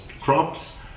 crops